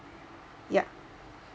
yup